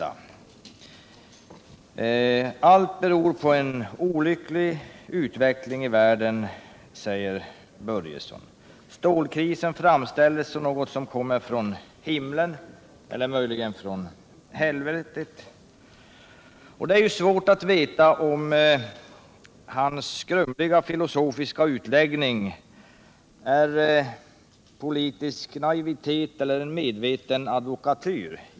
Allt beror på en olycklig utveckling i världen, säger Börjesson. Stålkrisen framställs som något som kommer från himlen eller möjligen från helvetet. Det är svårt att veta om hans grumliga filosofiska utläggning är politisk naivitet eller en medveten advokatyr.